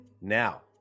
now